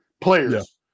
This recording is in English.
Players